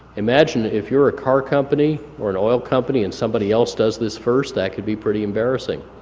imagine if you're a car company or an oil company, and somebody else does this first that could be pretty embarrassing.